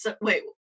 Wait